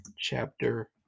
chapter